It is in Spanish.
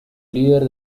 líder